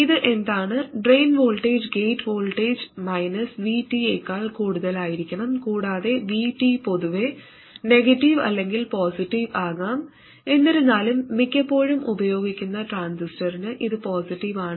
ഇത് എന്താണ് drain voltage gate voltage minus VT യേക്കാൾ കൂടുതലായിരിക്കണം കൂടാതെ VT പൊതുവേ നെഗറ്റീവ് അല്ലെങ്കിൽ പോസിറ്റീവ് ആകാം എന്നിരുന്നാലും മിക്കപ്പോഴും ഉപയോഗിക്കുന്ന ട്രാൻസിസ്റ്ററിന് ഇത് പോസിറ്റീവ് ആണ്